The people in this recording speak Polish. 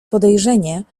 podejrzenie